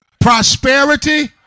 Prosperity